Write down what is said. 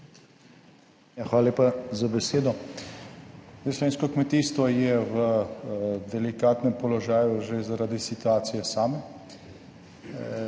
Hvala lepa za besedo. Zdaj, slovensko kmetijstvo je v delikatnem položaju že, zaradi situacije same,